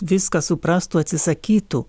viską suprastų atsisakytų